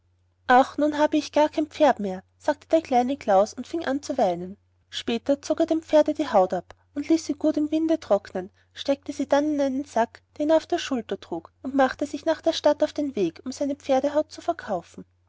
ach nun habe ich gar kein pferd mehr sagte der kleine klaus und fing an zu weinen später zog er dem pferde die haut ab und ließ sie gut im winde trocknen steckte sie dann in einen sack den er auf der schulter trug und machte sich nach der stadt auf den weg um seine pferdehaut zu verkaufen